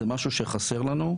זה משהו שחסר לנו.